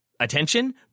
attention